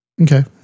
Okay